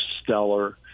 stellar